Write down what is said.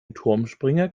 turmspringer